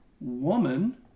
Woman